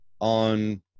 on